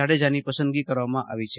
જાડેજાની પસંદગી કરવામાં આવી છે